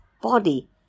body